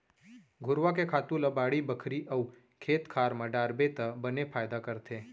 घुरूवा के खातू ल बाड़ी बखरी अउ खेत खार म डारबे त बने फायदा करथे